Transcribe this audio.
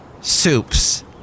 Soups